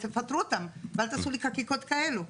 תפטרו אותם ואל תעשו חקיקות כאלה.